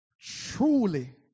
Truly